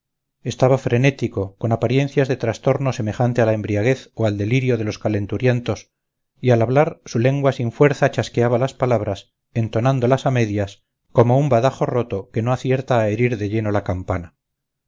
estaba frenético con apariencias de trastorno semejante a la embriaguez o al delirio de los calenturientos y al hablar su lengua sin fuerza chasqueaba las palabras entonándolas a medias como un badajo roto que no acierta a herir de lleno la campana